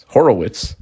Horowitz